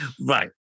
Right